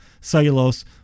cellulose